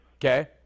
Okay